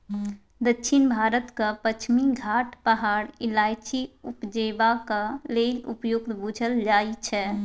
दक्षिण भारतक पछिमा घाट पहाड़ इलाइचीं उपजेबाक लेल उपयुक्त बुझल जाइ छै